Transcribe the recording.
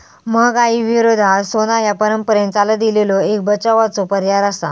महागाई विरोधात सोना ह्या परंपरेन चालत इलेलो एक बचावाचो पर्याय आसा